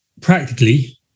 practically